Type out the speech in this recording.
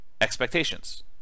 expectations